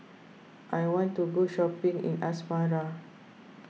I want to go shopping in Asmara